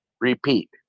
repeat